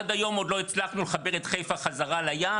עד היום לא הצלחנו לחבר את חיפה חזרה לים,